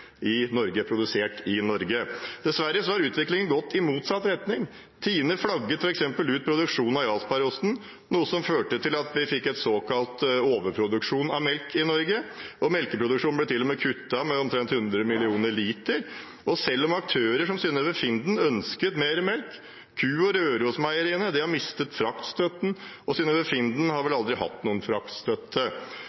i Norge, produsert i Norge. Dessverre har utviklingen gått i motsatt retning. Tine flagget f.eks. ut produksjonen av jarlsbergost, noe som førte til at vi fikk en såkalt overproduksjon av melk i Norge, og melkeproduksjonen ble til og med kuttet med omtrent 100 millioner liter, selv om aktører som Synnøve Finden ønsket mer melk. Q-Meieriene og Rørosmeieriene har mistet fraktstøtten, og Synnøve Finden har vel